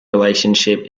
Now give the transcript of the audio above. relationship